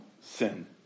sin